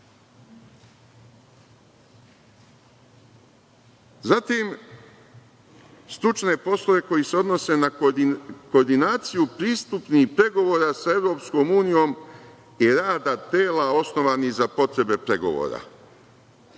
posao. Zatim, stručne poslove koji se odnose na koordinaciju pristupnih pregovora sa EU i radna tela osnovana za potrebe pregovora.